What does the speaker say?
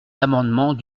l’amendement